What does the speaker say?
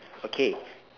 okay